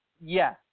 yes